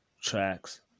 tracks